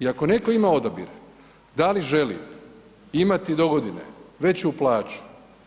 I ako netko ima odabir da li želi imati dogodine veću plaću